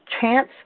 Chance